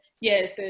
yes